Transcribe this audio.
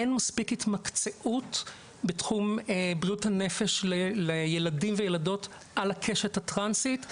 אין מספיק התמקצעות בתחום בריאות הנפש לילדים ולילדות על הקשת הטרנסית,